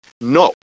No